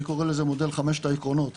אני קורא לזה מודל חמשת העקרונות,